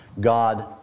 God